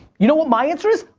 you know what my answer is?